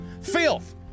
filth